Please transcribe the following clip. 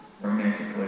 romantically